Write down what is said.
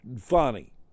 funny